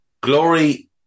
Glory